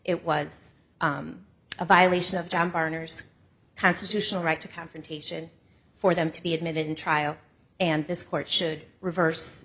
it was a violation of john foreigner's constitutional right to confrontation for them to be admitted in trial and this court should reverse